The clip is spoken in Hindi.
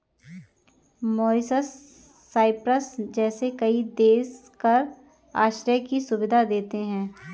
मॉरीशस, साइप्रस जैसे कई देश कर आश्रय की सुविधा देते हैं